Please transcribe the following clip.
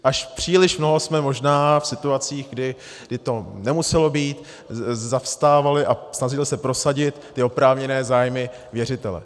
Až příliš mnoho jsme možná v situacích, kdy to nemuselo být, zastávali a snažili se prosadit ty oprávněné zájmy věřitele.